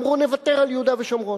אמרו: נוותר על יהודה ושומרון.